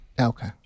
Okay